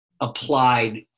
applied